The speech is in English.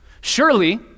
Surely